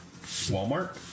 Walmart